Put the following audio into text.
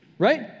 Right